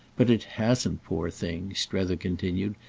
but it hasn't, poor thing, strether continued,